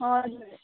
हजुर